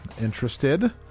interested